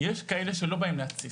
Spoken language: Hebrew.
יש כאלה שלא באים להתסיס.